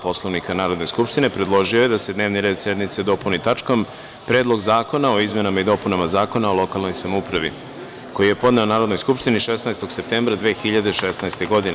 Poslovnika Narodne skupštine, predložio je da se dnevni red sednice dopuni tačkom – Predlog zakona o izmenama i dopunama Zakona o lokalnoj samoupravi, koji je podneo Narodnoj skupštini 16. septembra 2016. godine.